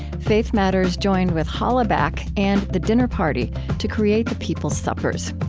faith matters joined with hollaback! and the dinner party to create the people's suppers.